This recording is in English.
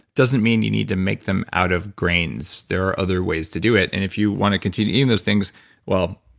doesn't mean you need to make them out of grains there are other ways to do it and if you want to continue eating those things well,